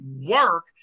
work